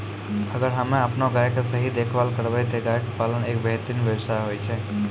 अगर हमॅ आपनो गाय के सही देखभाल करबै त गाय पालन एक बेहतरीन व्यवसाय होय छै